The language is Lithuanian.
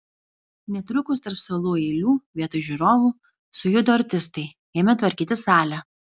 netrukus tarp suolų eilių vietoj žiūrovų sujudo artistai ėmė tvarkyti salę